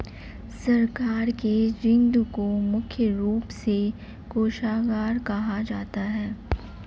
सरकार के ऋण को मुख्य रूप से कोषागार कहा जाता है